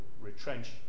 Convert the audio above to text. retrench